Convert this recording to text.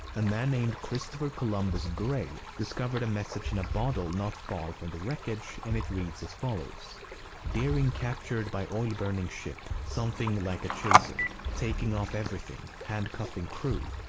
a man named christopher columbus gray discovered a message in a bottle not far from the wreckage and it reads as follows deering captured by oil burning ship, something like a chaser. taking off everything, handcuffing crew.